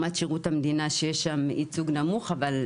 ראינו בדו"ח שיש יחידות ללא ייצוג בכלל של